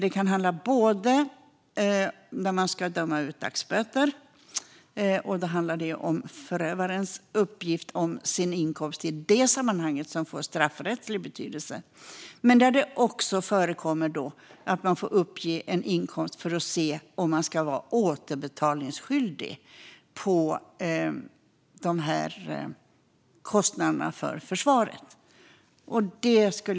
Det kan handla om när dagsböter ska dömas ut, och i det sammanhanget handlar det om förövarens uppgift om sin inkomst, som får straffrättslig betydelse. Men det förekommer också att någon får uppge en inkomst för att man ska se om personen är återbetalningsskyldig för kostnaderna för försvaret.